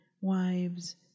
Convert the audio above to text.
wives